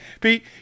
Pete